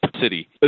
city